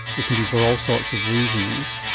it can be for all sorts of reasons.